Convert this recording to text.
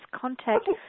contact